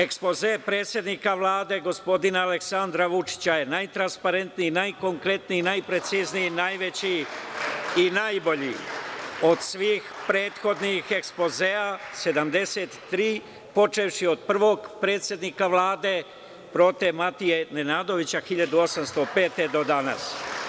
Ekspoze predsednika Vlade, gospodina Aleksandra Vučića, je najtransparentniji, najkonkretniji, najprecizniji, najveći i najbolji od svih prethodnih ekspozea 73, počevši od prvog predsednika Vlade, prote Matije Nenadovića 1805. godine do danas.